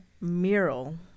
mural